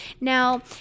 now